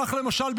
כך למשל,